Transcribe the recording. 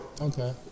Okay